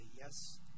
yes